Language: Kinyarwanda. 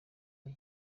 aye